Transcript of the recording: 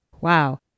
Wow